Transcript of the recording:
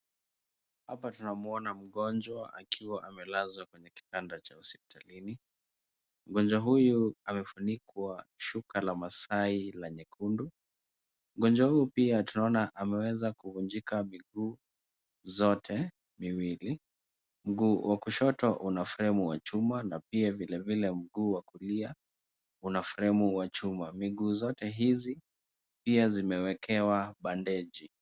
Hapa tunamuona mgonjwa akiwa amelazwa kwenye kitanda cha hospitalini. Mgonjwa huyu amefunikwa shuka la maasai la nyekundu . Mgonjwa huyu pia tunaona ameweza kuvunjika miguu yote miwili . Mguu wa kushoto una fremu ya chuma na pia vile vile mguu wa kulia una fremu ya chuma . Miguu yote hii pia imewekewa bandeji.